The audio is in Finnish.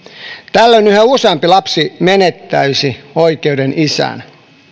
tällöin yhä useampi lapsi menettäisi oikeuden isään